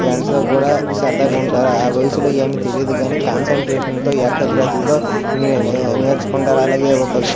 ఫ్రెండ్స్తో కూడా సరదాగా ఉంటారు ఆ వయసులో ఏమి తెలియదు కానీ కాన్సన్ట్రేషన్తో ఏకాగ్రతతో నే నేర్చుకుంటారు అలాగే ఒక